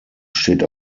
steht